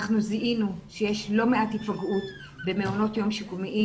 אנחנו זיהינו שיש לא מעט היפגעות במעונות יום שיקומיים.